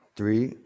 three